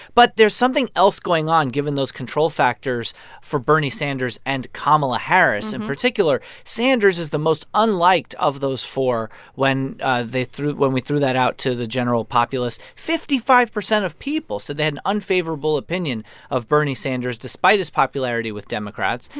but there's something else going on given those control factors for bernie sanders and kamala harris in particular, sanders is the most unliked of those four when ah they threw when we threw that out to the general populace. fifty-five percent of people said they had an unfavorable opinion of bernie sanders despite his popularity with democrats.